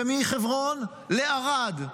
ומחברון לערד.